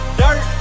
dirt